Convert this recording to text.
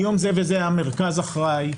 מיום זה וזה המרכז אחראי,